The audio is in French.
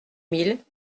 mille